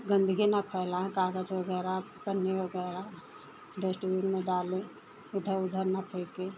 गन्दगी न फैलाएँ कागज़ वग़ैरह पन्नी वग़ैरह डस्टबिन में डालें इधर उधर न फेंकें